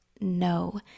no